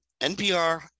NPR